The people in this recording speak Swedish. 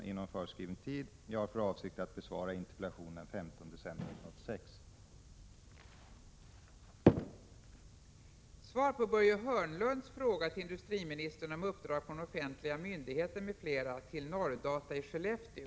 Superdatorn har kapacitet att betjäna såväl privat näringsliv som offentliga forskningsinstitutioner m.fl. Jag vill därför fråga industriministern om han är beredd att medverka till att ansvariga departementschefer verkar för att uppdrag från offentliga myndigheter och universitet förläggs till Norrdata i Skellefteå.